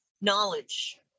knowledge